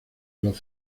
los